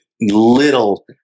little